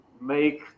make